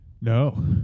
No